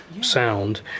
sound